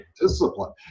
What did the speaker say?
discipline